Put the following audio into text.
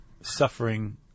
suffering